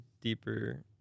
deeper